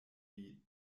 wie